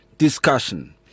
discussion